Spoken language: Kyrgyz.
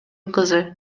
кызы